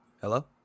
Hello